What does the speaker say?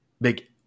big